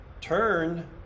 turn